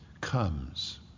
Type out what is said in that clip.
comes